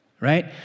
right